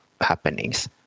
happenings